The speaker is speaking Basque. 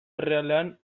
errealean